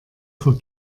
für